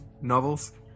novels